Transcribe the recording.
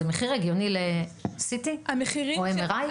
זה לדעתכם מחיר הגיוני ל-CT או MRI?